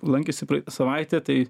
lankėsi savaitę tai